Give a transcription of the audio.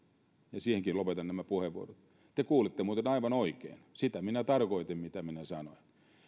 ja siihenkin lopetan nämä puheenvuorot te kuulitte muuten aivan oikein sitä minä tarkoitin mitä minä sanoin